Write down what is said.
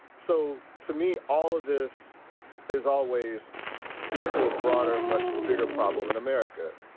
so to me, all of this is always speaks to a broader, much bigger problem in america.